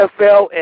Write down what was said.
NFL